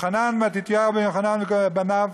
מתתיהו בן יוחנן ובניו